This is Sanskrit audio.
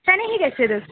शनैः गच्छतु